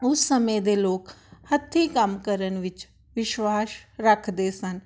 ਉਸ ਸਮੇਂ ਦੇ ਲੋਕ ਹੱਥੀਂ ਕੰਮ ਕਰਨ ਵਿੱਚ ਵਿਸ਼ਵਾਸ਼ ਰੱਖਦੇ ਸਨ